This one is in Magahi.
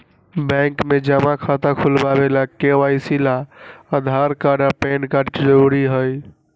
बैंक में जमा खाता खुलावे ला के.वाइ.सी ला आधार कार्ड आ पैन कार्ड जरूरी हई